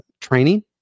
training